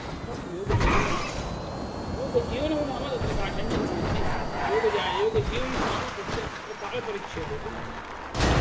इत्थं योगजीवनं योगजीवनं नाम तत्र काठिन्यं नास्ति योगजा योगजीवनं नाम तस्य तत्र कालपरिच्छेदोपि न भवति